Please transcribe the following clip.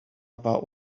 about